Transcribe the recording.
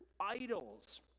idols